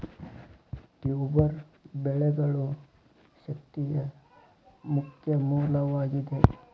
tuber ಬೆಳೆಗಳು ಶಕ್ತಿಯ ಮುಖ್ಯ ಮೂಲವಾಗಿದೆ